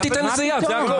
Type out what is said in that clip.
אל תיתן לזה יד, זה הכול.